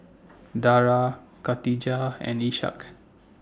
Dara Katijah and Ishak